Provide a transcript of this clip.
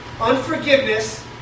Unforgiveness